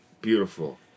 Beautiful